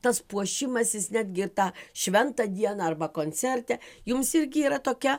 tas puošimasis netgi ir tą šventą dieną arba koncerte jums irgi yra tokia